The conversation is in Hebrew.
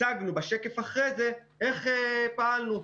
הצגנו בשקף אחרי זה איך פעלנו: